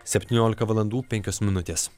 septyniolika valandų penkios minutės